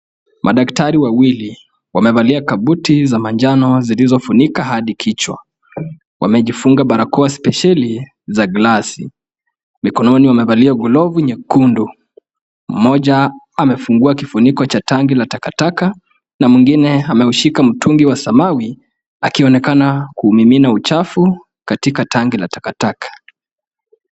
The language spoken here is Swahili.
Madaktari wawili wamevalia kabuti za manjano zilizofunika hadi kichwa. Wamejifunga barakoa spesheli za glasi. Mikononi wamevalia glovu nyekundu. Mmoja amefungua kifuniko cha tanki la takataka, na mwingine ameushika mtungi wa samawi, akionekana kuumimina uchafu katika tanki la takataka.